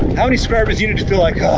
how many scrubbers you need to feel like,